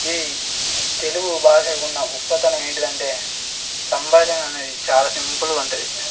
ఈ తెలుగు భాషకు ఉన్న గొప్పతనం ఎంటిదంటే సంభాషణ అనేది చాలా సింపుల్గా ఉంటుంది